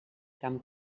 camp